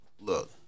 look